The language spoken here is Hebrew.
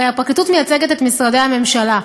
הרי הפרקליטות מייצגת את משרדי הממשלה,